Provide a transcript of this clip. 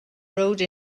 rode